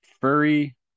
furry